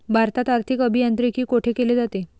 भारतात आर्थिक अभियांत्रिकी कोठे केले जाते?